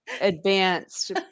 Advanced